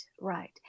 right